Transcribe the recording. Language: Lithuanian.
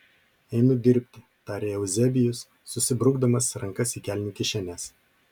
einu dirbti tarė euzebijus susibrukdamas rankas į kelnių kišenes